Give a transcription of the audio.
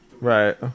right